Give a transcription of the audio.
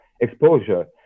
exposure